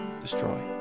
destroy